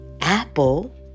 Apple